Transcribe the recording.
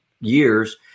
years